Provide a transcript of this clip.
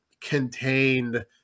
contained